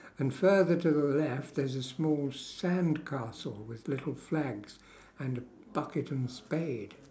and further to the left there's a small sandcastle with little flags and a bucket and spade